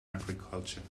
agriculture